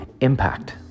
impact